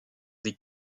des